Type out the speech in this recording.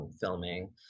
filming